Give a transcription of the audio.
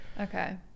Okay